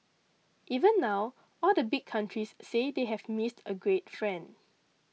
even now all the big countries say they have missed a great friend